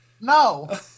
No